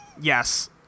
Yes